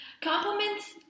Compliments